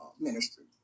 ministry